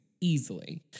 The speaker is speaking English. Easily